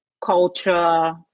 culture